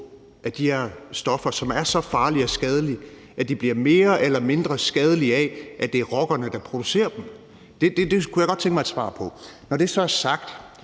at de her stoffer, som er så farlige og skadelige, bliver mere skadelige eller mindre skadelige af, at det er rockerne, der producerer dem? Det kunne jeg godt tænke mig et svar på. Når det så er sagt,